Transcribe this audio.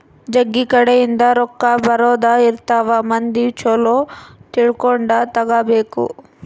ಜಗ್ಗಿ ಕಡೆ ಇಂದ ರೊಕ್ಕ ಬರೋದ ಇರ್ತವ ಮಂದಿ ಚೊಲೊ ತಿಳ್ಕೊಂಡ ತಗಾಬೇಕು